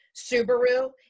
Subaru